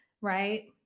right